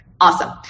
Awesome